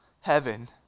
Heaven